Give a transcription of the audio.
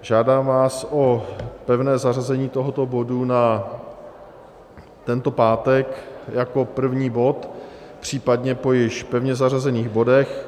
Žádám vás o pevné zařazení tohoto bodu na tento pátek jako první bod, případně po již pevně zařazených bodech.